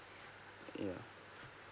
yeah